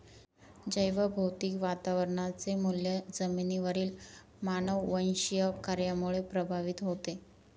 जैवभौतिक वातावरणाचे मूल्य जमिनीवरील मानववंशीय कार्यामुळे प्रभावित होते